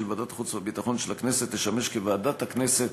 ועדת החוץ והביטחון של הכנסת תשמש כוועדת הכנסת